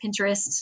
Pinterest